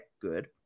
Good